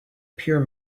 pure